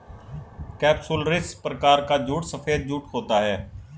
capsularis प्रकार का जूट सफेद जूट होता है